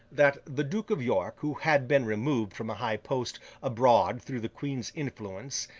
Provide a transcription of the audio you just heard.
that the duke of york, who had been removed from a high post abroad through the queen's influence,